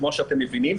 כמו שאתם מבינים,